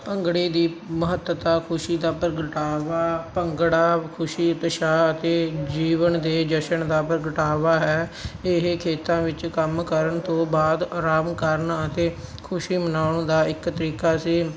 ਭੰਗੜੇ ਦੀ ਮਹੱਤਤਾ ਖੁਸ਼ੀ ਦਾ ਪ੍ਰਗਟਾਵਾ ਭੰਗੜਾ ਖੁਸ਼ੀ ਉਤਸ਼ਾਹ ਅਤੇ ਜੀਵਨ ਦੇ ਜਸ਼ਨ ਦਾ ਪ੍ਰਗਟਾਵਾ ਹੈ ਇਹ ਖੇਤਾਂ ਵਿੱਚ ਕੰਮ ਕਰਨ ਤੋਂ ਬਾਅਦ ਆਰਾਮ ਕਰਨ ਅਤੇ ਖੁਸ਼ੀ ਮਨਾਉਣ ਦਾ ਇੱਕ ਤਰੀਕਾ ਸੀ